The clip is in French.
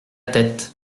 tête